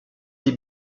des